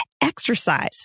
exercise